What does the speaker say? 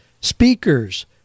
speakers